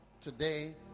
today